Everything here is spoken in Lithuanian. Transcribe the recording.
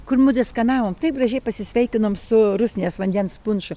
kur mudu skanavom taip gražiai pasisveikinom su rusnės vandens punšu